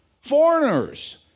Foreigners